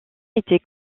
étaient